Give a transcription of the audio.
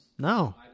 No